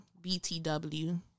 BTW